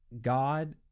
God